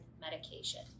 medication